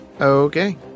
Okay